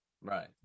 Right